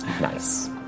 Nice